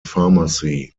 pharmacy